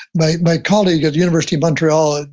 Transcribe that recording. my my colleague at the university of montreal, and